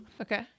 Okay